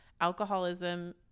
Alcoholism